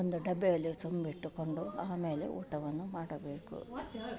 ಒಂದು ಡಬ್ಬೆಯಲ್ಲಿ ತುಂಬಿಟ್ಟುಕೊಂಡು ಆಮೇಲೆ ಊಟವನ್ನು ಮಾಡಬೇಕು